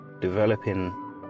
developing